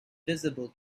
visible